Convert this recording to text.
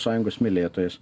sąjungos mylėtojais